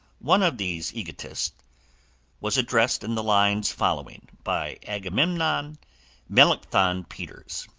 one of these egotists was addressed in the lines following, by agamemnon melancthon peters